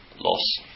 loss